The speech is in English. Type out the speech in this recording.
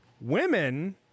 Women